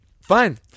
Fine